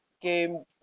game